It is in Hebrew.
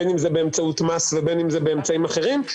בין אם זה באמצעות מס או באמצעים אחרים,